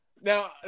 now